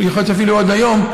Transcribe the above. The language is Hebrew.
יכול להיות שאפילו עוד היום,